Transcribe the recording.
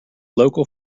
local